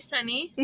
Sunny